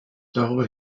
darüber